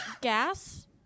gas